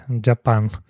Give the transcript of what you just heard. Japan